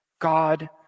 God